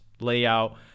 layout